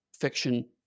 fiction